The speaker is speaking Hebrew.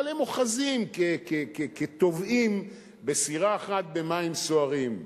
אבל הם אוחזים כטובעים בסירה אחת במים סוערים.